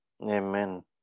Amen